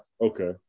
Okay